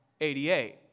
88